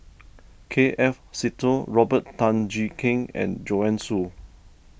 K F Seetoh Robert Tan Jee Keng and Joanne Soo